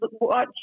watch